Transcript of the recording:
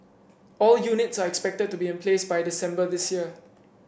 all units are expected to be in place by December this year